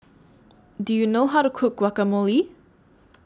Do YOU know How to Cook Guacamole